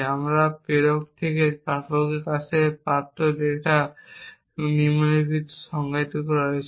আমরা প্রেরক থেকে প্রাপকের কাছে পাঠানো ডেটাকে নিম্নরূপ সংজ্ঞায়িত করেছি